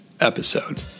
episode